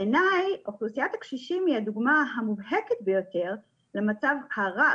בעיניי אוכלוסיית הקשישים היא הדוגמה המובהקת ביותר למצב הרע,